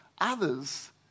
Others